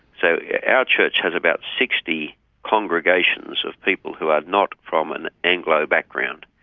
so yeah our church has about sixty congregations of people who are not from an anglo background.